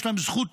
יש להם זכות